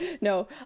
No